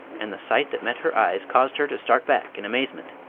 and the sight that met her eyes caused her to start back in amazement.